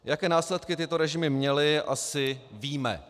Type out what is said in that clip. Jaké následky tyto režimy měly, asi víme.